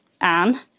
Anne